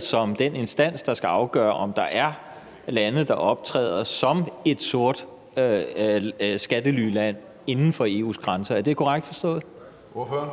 som den instans, der skal afgøre, om der er lande, der optræder som et skattelyland inden for EU's grænser. Er det korrekt forstået? Kl. 15:38 Tredje